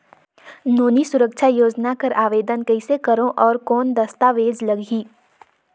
नोनी सुरक्षा योजना कर आवेदन कइसे करो? और कौन दस्तावेज लगही?